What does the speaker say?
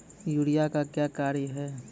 Urea का क्या कार्य हैं?